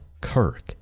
Kirk